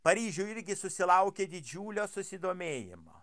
paryžiuj irgi susilaukė didžiulio susidomėjimo